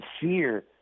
fear